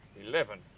eleven